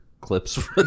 clips